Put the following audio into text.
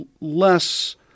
less